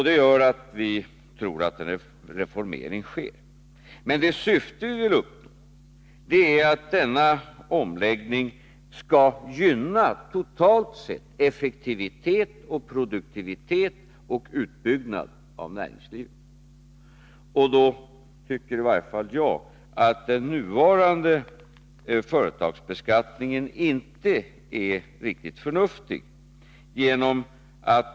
Det gör att vi tror att en reformering bör ske. Men det syfte vi vill uppnå är att denna omläggning totalt sett skall vara gynnsam för effektivitet, produktivitet och utbyggnad av näringslivet. I varje fall jag tycker att den nuvarande företagsbeskattningen inte är riktigt förnuftig.